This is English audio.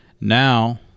Now